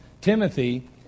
Timothy